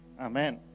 amen